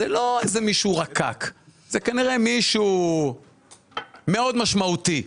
זה לא מישהו רקק אלא זה כנראה מישהו מאוד משמעותי,